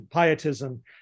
pietism